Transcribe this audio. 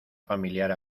familiar